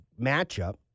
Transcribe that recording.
matchup